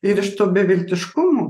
ir iš to beviltiškumo